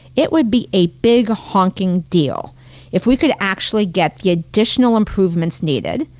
it would be a big honking deal if we could actually get the additional improvements needed.